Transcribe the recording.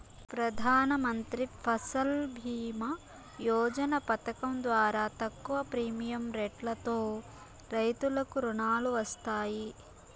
ప్రధానమంత్రి ఫసల్ భీమ యోజన పథకం ద్వారా తక్కువ ప్రీమియం రెట్లతో రైతులకు రుణాలు వస్తాయి